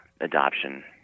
adoption